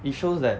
it shows that